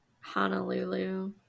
honolulu